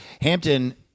Hampton